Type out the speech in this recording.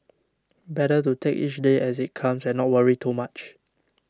better to take each day as it comes and not worry too much